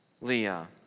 Leah